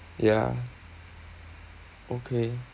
ya okay